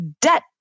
debt